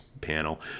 panel